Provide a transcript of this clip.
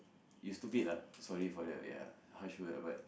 you stupid ah sorry for that ya harsh word ah but